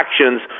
actions